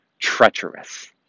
treacherous